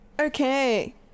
Okay